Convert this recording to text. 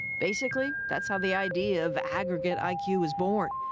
basically that's how the idea of aggregate i q. was born.